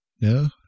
No